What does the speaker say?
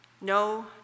No